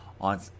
on